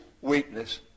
weakness